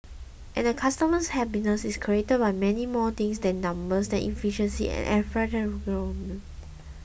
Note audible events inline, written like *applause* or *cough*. and a customer's happiness is created by many more things than numbers and efficiency and *unintelligible*